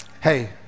Hey